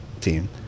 team